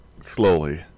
slowly